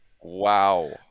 Wow